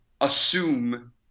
assume